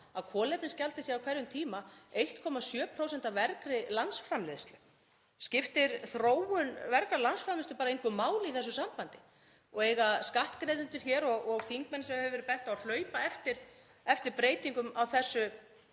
að kolefnisgjaldið sé á hverjum tíma 1,7% af vergri landsframleiðslu. Skiptir þróun vergrar landsframleiðslu bara engu máli í þessu sambandi? Eiga skattgreiðendur hér og þingmenn, sem hefur verið bent á, að hlaupa á eftir breytingum á þessu